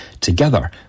Together